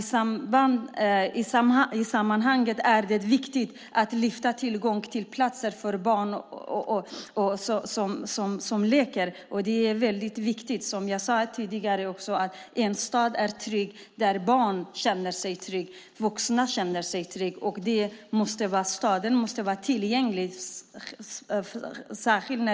I sammanhanget är det viktigt att lyfta fram tillgången till platser för barns lek. Som jag sade tidigare är en stad trygg först när både barn och vuxna känner sig trygga. Städer måste vara tillgängliga.